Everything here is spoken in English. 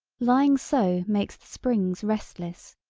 lying so makes the springs restless,